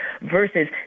versus